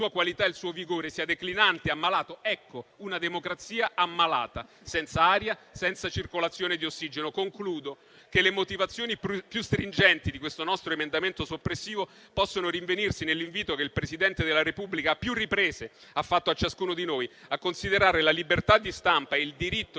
qualità e il suo vigore sono declinanti e ammalati: ed ecco una democrazia ammalata, senz'aria e senza circolazione di ossigeno. Concludo sottolineando che le motivazioni più stringenti di questo nostro emendamento soppressivo possono rinvenirsi nell'invito che il Presidente della Repubblica a più riprese ha fatto a ciascuno di noi a considerare la libertà di stampa e il diritto